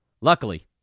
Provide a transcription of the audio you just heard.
Luckily